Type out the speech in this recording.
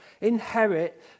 inherit